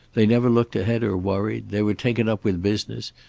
they never looked ahead or worried. they were taken up with business,